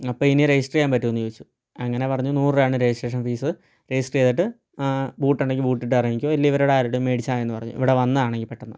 അപ്പം ഇനി രജിസ്റ്റർ ചെയ്യാൻ പറ്റുമോന്ന് ചോദിച്ചു അങ്ങനെ പറഞ്ഞു നൂറ് രൂപയാണ് രജിസ്ട്രേഷൻ ഫീസ് രജിസ്റ്റർ ചെയ്തിട്ട് ബൂട്ടൊണ്ടങ്കിൽ ബൂട്ടിട്ട് ഇറങ്ങിക്കോ ഇല്ലേ ഇവരുടെ ആരോടും മേടിച്ചാൽ മതീന്ന് പറഞ്ഞ് ഇവിടെ വന്നതാണെങ്കിൽ പെട്ടെന്ന്